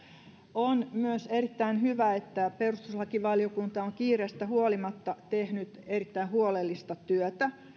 on myös erittäin hyvä että perustuslakivaliokunta on kiireestä huolimatta tehnyt erittäin huolellista työtä